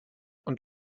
und